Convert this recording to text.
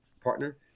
partner